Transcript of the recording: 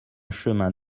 chemin